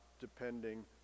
depending